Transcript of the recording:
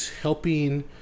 helping